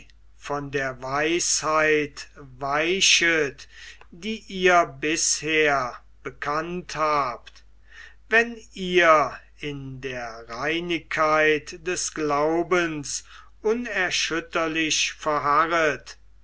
von der weisheit weichet die ihr bisher bekannt habt wenn ihr in der reinigkeit des glaubens unerschütterlich verharret